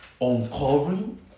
uncovering